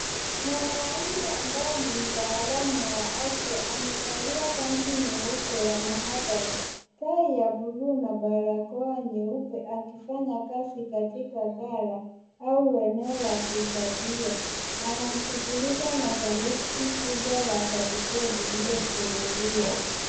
Mwanaume ambaye ni mtaalamu wa afya amevalia kanzu nyeupe ya maabara, tai ya buluu na barakoa nyeupe akifanya kazi katika bara au eneo la kuhifadhia, anashughulika na sanduku kubwa la kadibodi lilofunguliwa.